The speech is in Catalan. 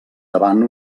davant